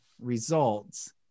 results